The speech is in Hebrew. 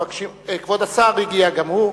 כבוד השר הגיע גם הוא,